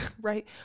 right